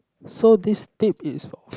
so this tip is